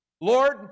Lord